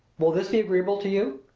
will this be agreeable to you?